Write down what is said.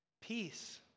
Peace